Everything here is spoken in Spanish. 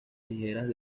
ligeras